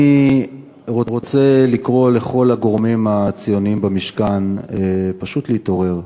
אני רוצה לקרוא לכל הגורמים הציוניים במשכן פשוט להתעורר: